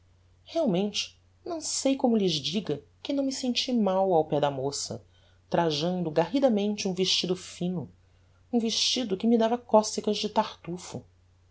realmente não sei como lhes diga que não me senti mal ao pé da moça trajando garridamente um vestido fino um vestido que me dava cocegas de tartuffo